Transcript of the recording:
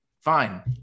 Fine